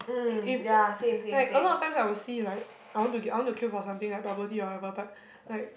if if like a lot of times I would see like I want to I want to queue for something like bubble tea or whatever but like